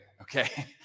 Okay